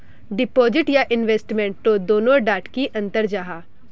Deposit या investment तोत दोनों डात की अंतर जाहा?